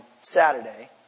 Saturday